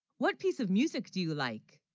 what piece of music do you like,